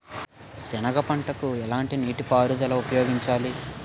సెనగ పంటకు ఎలాంటి నీటిపారుదల ఉపయోగించాలి?